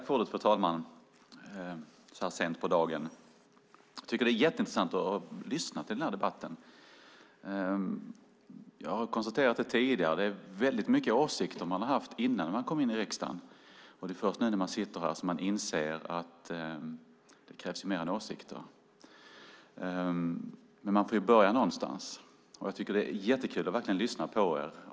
Fru talman! Jag tycker att det är jätteintressant att lyssna till den här debatten. Jag har konstaterat tidigare att det är väldigt mycket åsikter man har haft innan man kom in i riksdagen. Det är först nu när man sitter här som man inser att det krävs mer än åsikter. Men man får börja någonstans och jag tycker att det är jättekul att verkligen lyssna på er.